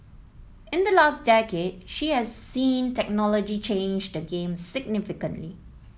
in the last decade she has seen technology change the game significantly